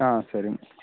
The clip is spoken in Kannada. ಹಾಂ ಸರಿ